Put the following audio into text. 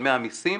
למשלמי המיסים.